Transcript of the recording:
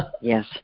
Yes